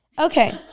Okay